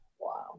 Wow